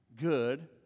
Good